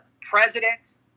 president